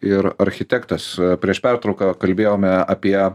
ir architektas prieš pertrauką kalbėjome apie